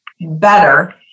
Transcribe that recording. better